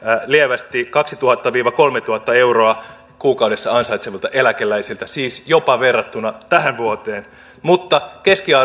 lievästi kaksituhatta viiva kolmetuhatta euroa kuukaudessa ansaitsevilta eläkeläisiltä siis jopa verrattuna tähän vuoteen mutta